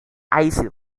iced